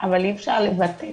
אבל אי אפשר לבטל.